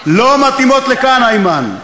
גזען.